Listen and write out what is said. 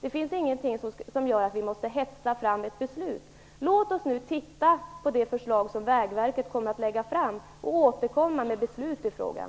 Det finns ingenting som gör att vi måste hetsa fram ett beslut. Låt oss nu titta på det förslag som Vägverket kommer att lägga fram och återkomma med ett beslut i frågan.